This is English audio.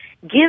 give